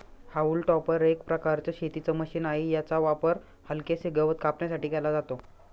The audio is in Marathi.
हाऊल टॉपर एक प्रकारचं शेतीच मशीन आहे, याचा वापर हलकेसे गवत कापण्यासाठी केला जातो